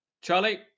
Charlie